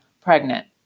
pregnant